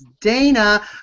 Dana